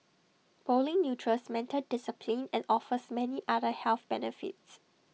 bowling nurtures mental discipline and offers many other health benefits